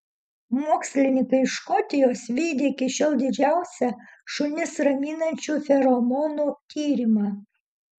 mokslininkai iš škotijos vykdė iki šiol didžiausią šunis raminančių feromonų tyrimą